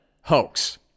hoax